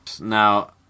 Now